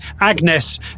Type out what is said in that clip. agnes